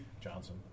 Johnson